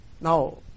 Now